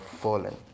fallen